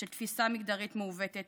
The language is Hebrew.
של תפיסה מגדרית מעוותת